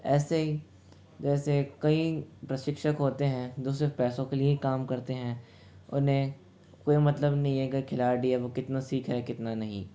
ऐसे ही जैसे कई प्रशिक्षक होते हैं जो सिर्फ़ पैसों के लिए ही काम करते हैं उन्हें कोई मतलब नहीं है कि खिलाड़ी है वो कितना सीखे है और कितना नहीं